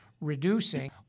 reducing